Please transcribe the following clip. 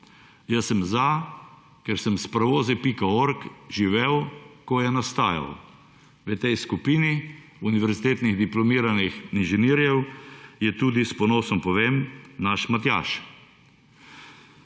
Jaz sem za, ker sem s prevozi.org živel, ko je nastajal. V tej skupini univerzitetnih diplomiranih inženirjev je tudi, s ponosom povem, naš Matjaž.